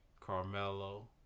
Carmelo